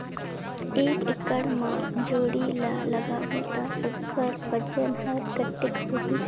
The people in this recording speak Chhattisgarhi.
एक एकड़ मा जोणी ला लगाबो ता ओकर वजन हर कते होही?